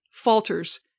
falters